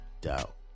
doubt